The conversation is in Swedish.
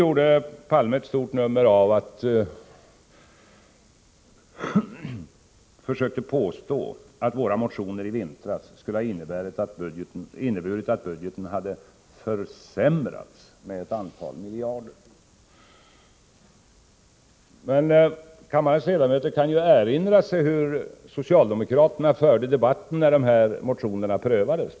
Olof Palme försökte påstå att vår motioner i vintras skulle ha inneburit att budgeten hade försämrats med ett antal miljarder. Men kammarens ledamöter kan ju erinra sig hur socialdemokraterna förde debatten när motionerna behandlades.